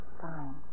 Fine